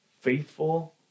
faithful